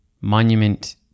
monument